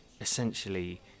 essentially